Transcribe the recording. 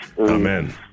Amen